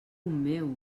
meu